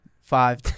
Five